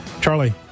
Charlie